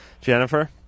Jennifer